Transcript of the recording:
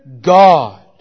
God